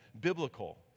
biblical